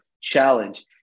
challenge